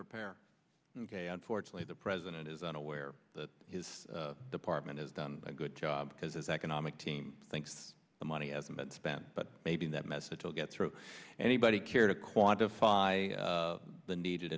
repair and fortunately the president is unaware that his department has done a good job because his economic team thinks the money hasn't been spent but maybe that message will get through anybody care to quantify the needed